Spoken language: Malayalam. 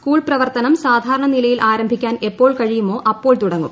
സ്കൂൾ പ്രവർത്തനം സാധാരണ നിലയിൽ ആരംഭിക്കാൻ എപ്പോൾ കഴിയുമോ അപ്പോൾ തുടങ്ങും